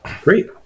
Great